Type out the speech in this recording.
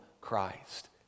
Christ